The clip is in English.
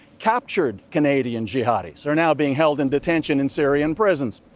captured canadian jihadis are now being held in detention in syrian prisons.